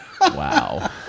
Wow